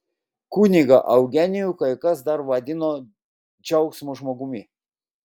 kunigą eugenijų kai kas dar vadino džiaugsmo žmogumi